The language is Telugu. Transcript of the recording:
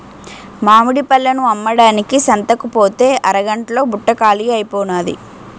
మామిడి పళ్ళను అమ్మడానికి సంతకుపోతే అరగంట్లో బుట్ట కాలీ అయిపోనాది